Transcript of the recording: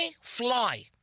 Fly